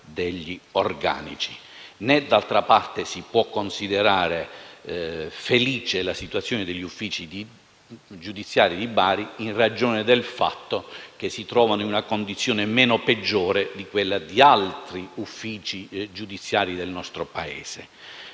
degli organici. Né d'altra parte si può considerare felice la situazione degli uffici giudiziari di Bari, in ragione del fatto che si trovano in una condizione meno peggiore di quella di altri uffici giudiziari del nostro Paese;